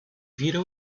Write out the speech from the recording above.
vira